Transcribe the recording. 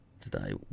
today